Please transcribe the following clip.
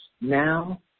now